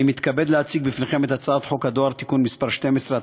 אני מתכבד להציג בפניכם את הצעת חוק הדואר (תיקון מס' 12),